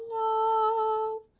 o